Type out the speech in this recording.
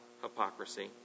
hypocrisy